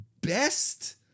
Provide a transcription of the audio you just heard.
best